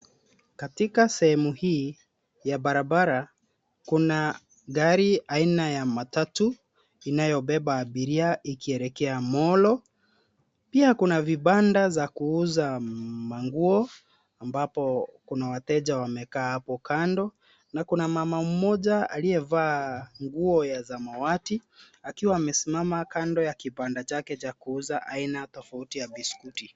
Katika sehemu hii, ya barabara, kuna gari aina ya matatu, inayobeba abiria ikielekea Molo. Pia kuna vibanda za kuuza manguo, ambapo kuna wateja wamekaa hapo kando. Na kuna mama mmoja aliyevaa nguo ya samawati, akiwa amesimama kando ya kibanda chake cha kuuza aina tofauti ya biskuti.